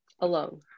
Alone